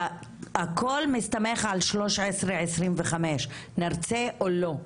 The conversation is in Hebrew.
והכול מסתמך על 1325, נרצה או לא,